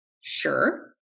sure